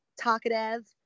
talkative